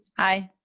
aye.